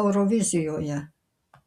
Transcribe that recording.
eurovizijoje